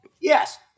Yes